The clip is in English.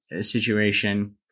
situation-